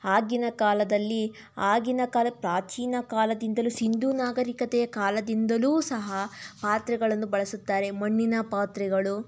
ಆಗಿನ ಕಾಲದಲ್ಲಿ ಆಗಿನ ಕಾಲ ಪ್ರಾಚೀನ ಕಾಲದಿಂದಲೂ ಹಿಂದೂ ನಾಗರೀಕತೆಯ ಕಾಲದಿಂದಲೂ ಸಹ ಪಾತ್ರೆಗಳನ್ನು ಬಳಸುತ್ತಾರೆ ಮಣ್ಣಿನ ಪಾತ್ರೆಗಳು